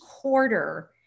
quarter